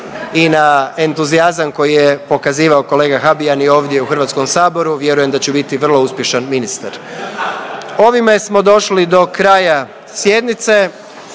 i na entuzijazam koji je pokazivao kolega Habijan i ovdje u Hrvatskom saboru vjerujem da će biti vrlo uspješan ministar. Ovime smo došli do kraja sjednice.